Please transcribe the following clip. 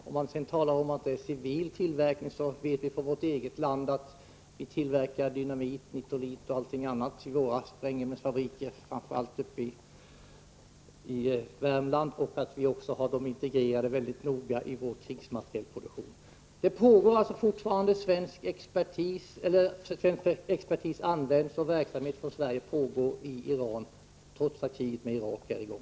Om man sedan säger att det är civil tillverkning vet vi från vårt eget land att vi tillverkar dynamit, nitrolit och annat i våra sprängämnesfabriker, framför allt i Värmland och att de är integrerade i vår krigsmaterielproduktion. Fortfarande används alltså svensk expertis i Iran trots att kriget med Irak pågår.